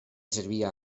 servia